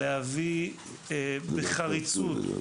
להביא בחריצות,